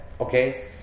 okay